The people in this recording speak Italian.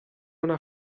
una